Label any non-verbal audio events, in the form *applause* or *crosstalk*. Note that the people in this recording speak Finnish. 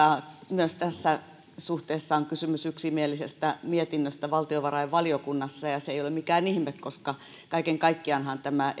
myös tässä suhteessa on kysymys yksimielisestä mietinnöstä valtiovarainvaliokunnassa ja se ei ole mikään ihme koska kaiken kaikkiaanhan tämä *unintelligible*